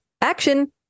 action